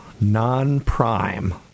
non-prime